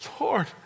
Lord